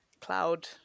cloud